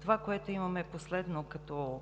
Това, което имаме последно като